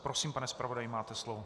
Prosím, pane zpravodaji, máte slovo.